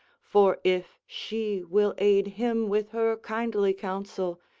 for if she will aid him with her kindly counsel,